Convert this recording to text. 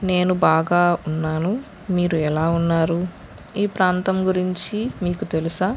నేను బాగా ఉన్నాను మీరు ఎలా ఉన్నారు ఈ ప్రాంతం గురించి మీకు తెలుసా